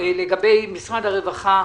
לגבי משרד הרווחה.